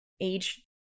age